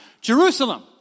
Jerusalem